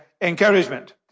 encouragement